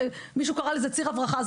מישהו קרא לזה - ״ציר הברחה מצה״ל״,